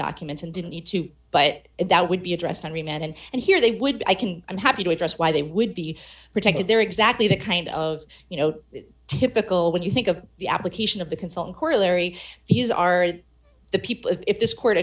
documents and didn't need to but that would be addressed on remand and here they would i can i'm happy to address why they would be protected they're exactly the kind of you know typical when you think of the application of the consultant corollary these are the people if this court